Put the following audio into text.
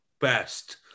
best